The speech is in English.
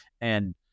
and-